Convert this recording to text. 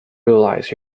realize